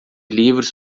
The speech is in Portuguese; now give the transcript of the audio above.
livros